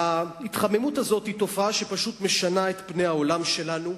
ההתחממות הזו היא תופעה שמשנה את פני העולם שלנו,